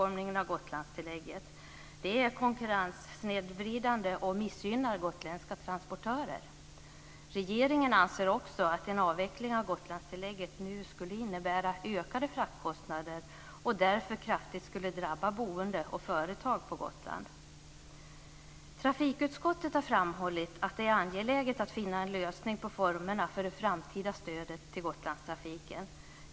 Regeringen anser också att en avveckling av Gotlandstillägget nu skulle innebära ökade fraktkostnader och därför kraftigt skulle drabba boende och företag på Gotland. Trafikutskottet har framhållit att det är angeläget att finna en lösning på formerna för det framtida stödet till Gotlandstrafiken.